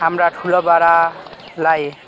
हाम्रा ठुलो बडालाई